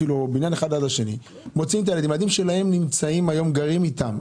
הילדים שלהן גרים איתן.